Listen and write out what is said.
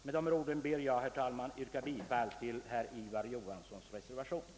Med det anförda ber jag att få yrka bifall till reservationen b av herr Ivar Johansson m.fl.